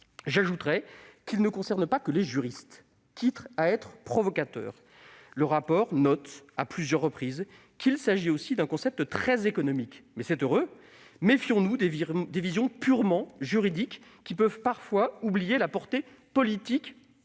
J'ajouterai qu'il ne concerne pas que les juristes- quitte à être provocateur. Le rapport souligne à plusieurs reprises qu'il s'agit aussi d'un concept très économique, et c'est heureux ! Méfions-nous des visions purement juridiques qui peuvent parfois oublier la portée politique